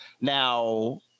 Now